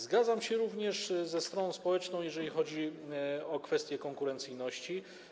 Zgadzam się również ze stroną społeczną, jeżeli chodzi o kwestię konkurencyjności.